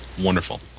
wonderful